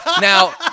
Now